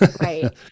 right